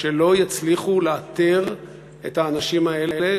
שלא יצליחו לאתר את האנשים האלה,